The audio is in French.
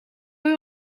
eux